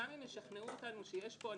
גם אם ישכנעו אותנו שיש פה אנשים,